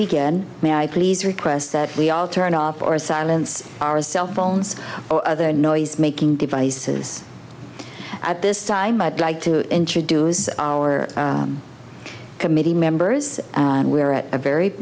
begin may i please request we all turn off or silence our cell phones or other noisemaking devices at this time i'd like to introduce our committee members and we are at a very